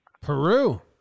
Peru